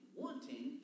wanting